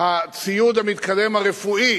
הציוד הרפואי